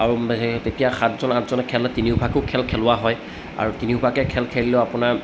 আৰু সেই তেতিয়া সাতজন আঠজন খেল তিনিওভাকো খেল খেলোৱা হয় আৰু তিনিওভাকে খেল খেলিলেও আপোনাৰ